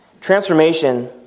Transformation